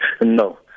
No